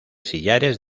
sillares